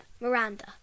Miranda